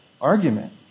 argument